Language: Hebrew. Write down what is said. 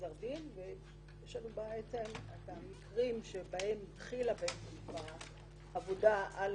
ויש לנו המקרים שבהם התחילה העבודה על